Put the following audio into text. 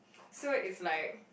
so is like